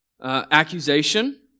accusation